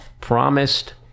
promised